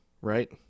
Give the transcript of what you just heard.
right